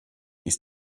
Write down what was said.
ist